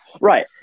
Right